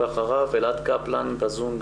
ואחריו אלעד קפלן בזום,